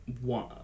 one